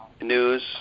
news